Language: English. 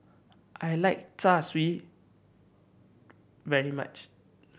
I like Char Siu very much